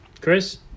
Chris